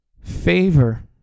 Favor